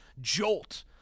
jolt